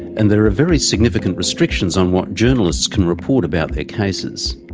and there are very significant restrictions on what journalists can report about their cases.